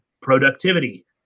productivity